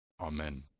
amen